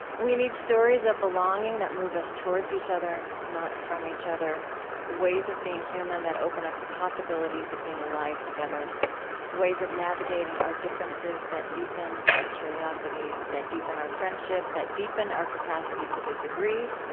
we need stories of belonging that move us towards each other, not from each other ways of being human that open up the possibilities of being alive together ways of navigating our differences that deepen our curiosity, that deepen our friendship, that deepen our capacity to disagree,